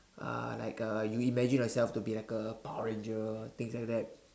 uh like uh you imagine yourself to be like a power ranger things like that